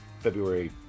February